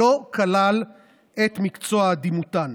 שלא כלל את מקצוע הדימותן.